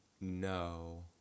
no